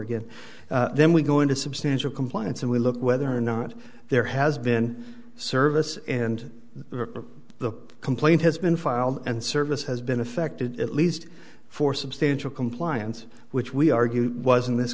again then we go into substantial compliance and we look at whether or not there has been service and the complaint has been filed and service has been affected at least for substantial compliance which we argue was in this